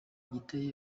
igiteye